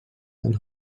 and